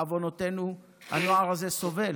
בעוונותינו, הנוער הזה סובל,